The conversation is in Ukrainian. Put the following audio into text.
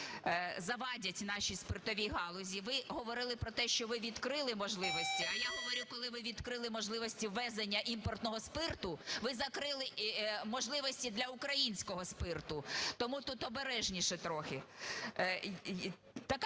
Ви говорили про те, що ви відкрили можливості, а я говорю, коли ви відкрили можливості ввезення імпортного спирту, ви закрили можливості для українського спирту, тому тут обережніше трохи.